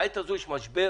בעת הזו יש משבר